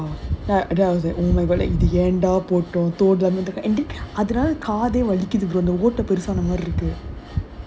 ya then then I was like oh my god ஏன்டா போட்டோம்:yaendaa potom and then அதனால காது வலிக்குது பெருசான மாதிரி இருக்குது:adhunaala kaadhu valikuthu perusaana maadhiri irukuthu